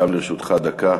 גם לרשותך דקה.